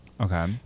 okay